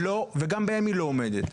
וגם בהם היא לא עומדת.